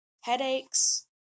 headaches